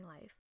life